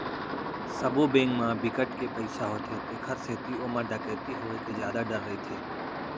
सबो बेंक म बिकट के पइसा होथे तेखर सेती ओमा डकैती होए के जादा डर रहिथे